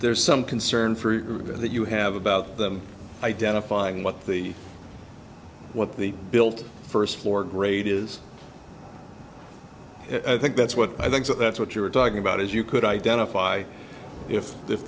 there's some concern for that you have about them identifying what the what the built first floor grade is i think that's what i think that's what you're talking about is you could identify if if